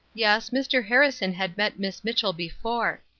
yes, mr. harrison had met miss mitchell before.